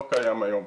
לא קיים היום.